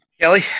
Kelly